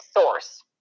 source